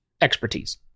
expertise